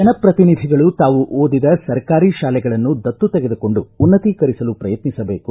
ಜನಪ್ರತಿನಿಧಿಗಳು ತಾವು ಓದಿದ ಸರ್ಕಾರಿ ತಾಲೆಗಳನ್ನು ದತ್ತು ತೆಗೆದುಕೊಂಡು ಉನ್ನತೀಕರಿಸಲು ಪ್ರಯತ್ನಿಸಬೇಕು